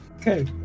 Okay